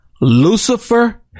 Lucifer